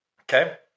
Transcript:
Okay